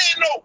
no